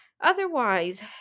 otherwise